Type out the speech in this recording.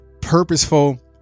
purposeful